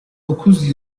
dokuz